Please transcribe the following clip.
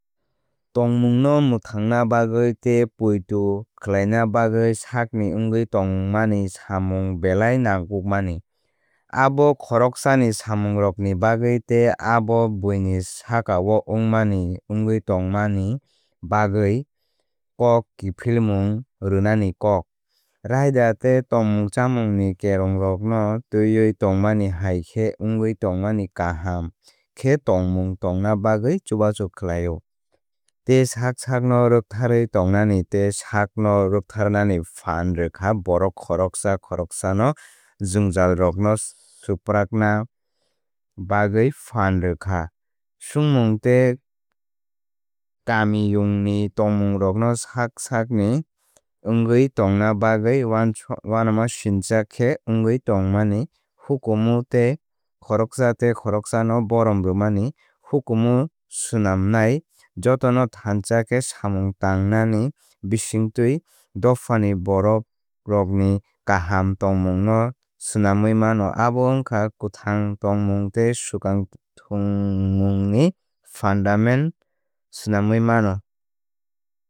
Tongmungno mwthangna bagwi tei poito khlaina bagwi sakni wngwi tongmani samung belai nangkukmani. Abo khoroksani samungrokni bagwi tei abo buini sakao wngmani wngwi tongmanini bagwi kok kiphilmung rwnani kok. Raida tei tongmungchamungni kerongrokno tẃiwi tongmani hai khe wngwi tongmani kaham khe tongmung tongna bagwi chubachu khlaio. Tei sak sakno rwktharwi tongnani tei sak sakno rwktharnani phan rwkha borok khoroksa khoroksano jwngjalrokno swprakna bagwi phan rwkha. Swngmung tei kamiyungni tongmungrogo sak sakni wngwi tongna bagwi uanamasingcha khe wngwi tongmani hukumu tei khoroksa tei khoroksano borom rwmani hukumu swnamnai. Jotono thansa khe samung tangmani bisingtwi dophani borokrokni kaham tongmungno swnamwi mano abo wngkha kwthang tongmung tei swkang thangmungni fundament swnamwi mano.